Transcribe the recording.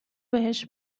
بهش